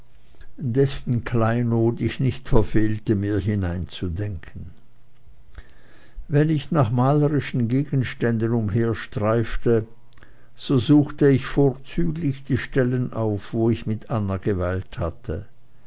dessen kleinod ich nicht verfehlte mir hineinzudenken wenn ich nach malerischen gegenständen umherstreifte so suchte ich vorzüglich die stellen auf wo ich mit anna geweilt hatte